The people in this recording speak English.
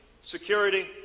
security